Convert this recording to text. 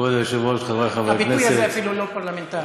זה היה, הביטוי הזה אפילו לא פרלמנטרי.